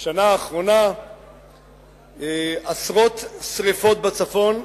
בשנה האחרונה עשרות שרפות בצפון,